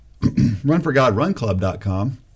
runforgodrunclub.com